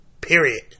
period